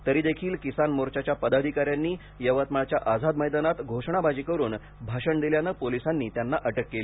तरी देखील किसान मोर्चाच्या पदाधिकाऱ्यांनी यवतमाळच्या आझाद मैदानात पंतप्रधान घोषणाबाजी करून भाषण दिल्याने पोलिसांनी त्यांना अटक केली